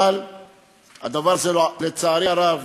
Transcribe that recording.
אבל הדבר הזה, לצערי הרב,